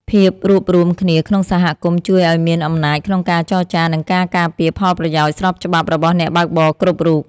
ភាពរួបរួមគ្នាក្នុងសហគមន៍ជួយឱ្យមានអំណាចក្នុងការចរចា និងការការពារផលប្រយោជន៍ស្របច្បាប់របស់អ្នកបើកបរគ្រប់រូប។